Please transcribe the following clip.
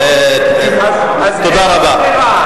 אז אין לו ברירה.